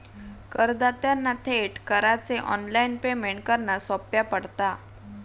करदात्यांना थेट करांचे ऑनलाइन पेमेंट करना सोप्या पडता